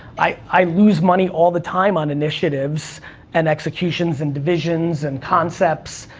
i lose money all the time on initiatives and executions and divisions and concepts,